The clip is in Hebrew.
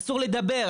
אסור לדבר.